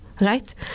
right